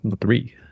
Three